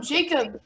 Jacob